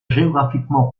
géographiquement